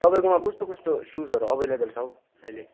तपाईँकोमा कस्तो कस्तो सुजहरू एभाइलेबल छ हौ अहिले